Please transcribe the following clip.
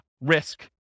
risk